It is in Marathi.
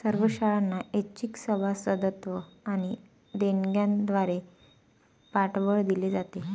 सर्व शाळांना ऐच्छिक सभासदत्व आणि देणग्यांद्वारे पाठबळ दिले जाते